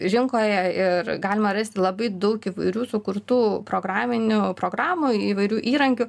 rinkoje ir galima rasti labai daug įvairių sukurtų programinių programų įvairių įrankių